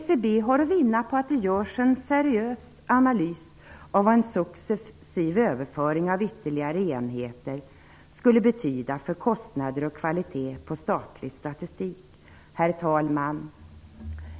SCB har att vinna på att det görs en seriös analys av vad en successiv överföring av ytterligare enheter skulle betyda för kostnader och kvalitet på statlig statistik. Herr talman!